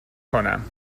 کنم